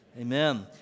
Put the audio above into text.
Amen